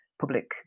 public